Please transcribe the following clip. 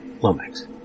Lomax